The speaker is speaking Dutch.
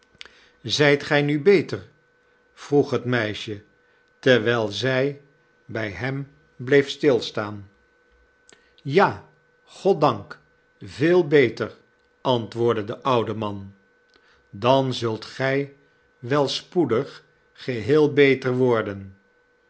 zijt gij nu beter vroeg het meisje terwijl zij bij hem bleef stilstaan ja goddank veel beter antwoordde de oude man dan zult gij wel spoedig geheel beter worden